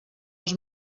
els